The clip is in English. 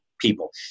people